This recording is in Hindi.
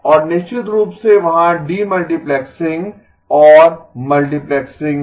और निश्चित रूप से वहाँ डीमल्टीप्लेक्सिंग और मल्टीप्लेक्सिंग है